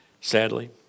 sadly